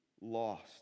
lost